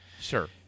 sure